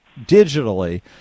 digitally